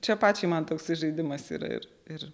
čia pačiai man toksai žaidimas yra ir ir